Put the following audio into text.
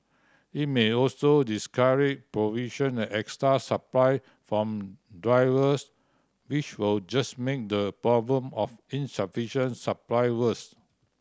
it may also discourage provision at extra supply from drivers which will just make the problem of insufficient supply worse